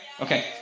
Okay